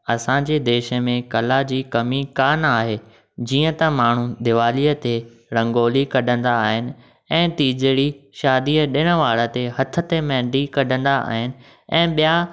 असांजे देश में कला जी कमी कान आहे जीअं त माण्हू दीवालीअ ते रंगोली कढन्दा आहिनि ऐं तीजड़ी शादीअ ॾिण वार ते हथ ते मेहंदी कढन्दा आहिनि ऐं ॿिया